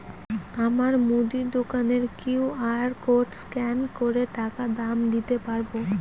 আমার মুদি দোকানের কিউ.আর কোড স্ক্যান করে টাকা দাম দিতে পারব?